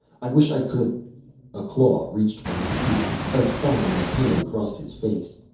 i wish i could a claw reached for his ear, a spasm of pain crossed his face,